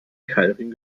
keilriemen